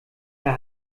der